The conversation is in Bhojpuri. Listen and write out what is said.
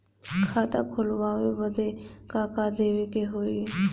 खाता खोलावे बदी का का देवे के होइ?